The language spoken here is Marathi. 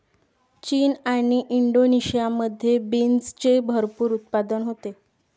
चीन आणि इंडोनेशियामध्ये बीन्सचे भरपूर उत्पादन होते